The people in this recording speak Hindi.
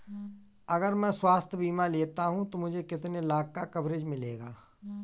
अगर मैं स्वास्थ्य बीमा लेता हूं तो मुझे कितने लाख का कवरेज मिलेगा?